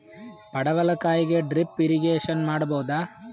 ಪಡವಲಕಾಯಿಗೆ drip irrigation ಮಾಡಬೋದ?